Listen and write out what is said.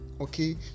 okay